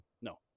no